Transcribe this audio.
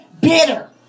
bitter